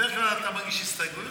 בדרך כלל אתה מגיש הסתייגויות,